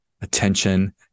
attention